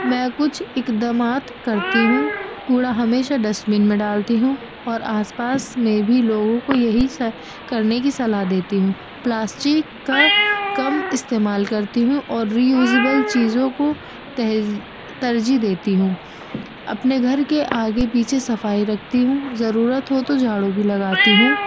میں کچھ اقدامات کرتی ہوں کوڑا ہمیشہ ڈسٹبین میں ڈالتی ہوں اور آس پاس میں بھی لوگوں کو یہی کرنے کی صلاح دیتی ہوں پلاسٹک کا کم استعمال کرتی ہوں اور ریوزیبل چیزوں کو تہ ترجیح دیتی ہوں اپنے گھر کے آگے پیچھے صفائی رکھتی ہوں ضرورت ہو تو جھاڑو بھی لگاتی ہوں